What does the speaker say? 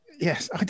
Yes